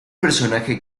personaje